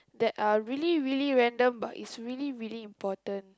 that are really really random but is really really important